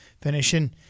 finishing